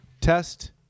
Test